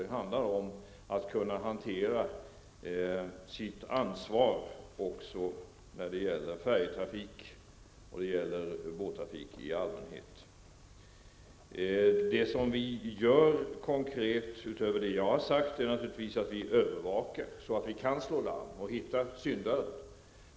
Det handlar om att även företrädarna för färjetrafiken och båttrafiken i allmänhet skall kunna hantera sitt ansvar. Det vi gör konkret, utöver vad jag har nämnt, är naturligtvis att vi övervakar läget så att vi kan slå larm och hitta syndaren.